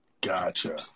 Gotcha